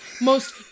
most-